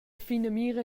finamira